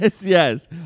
yes